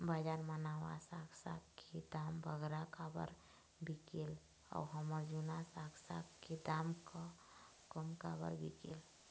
बजार मा नावा साग साग के दाम बगरा काबर बिकेल अऊ हमर जूना साग साग के दाम कम काबर बिकेल?